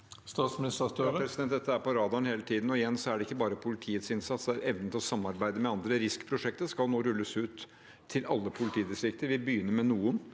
Statsminister Jonas Gahr Støre Dette er på radaren hele tiden, og igjen så er det ikke bare politiets innsats, det er evnen til å samarbeide med andre. RISK-prosjektet skal nå rulles ut til alle politidistrikter. Vi begynner med noen,